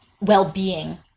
well-being